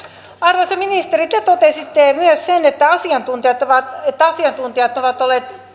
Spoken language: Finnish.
arvoisa ministeri te totesitte myös sen että asiantuntijat ovat asiantuntijat ovat olleet